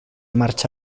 marxa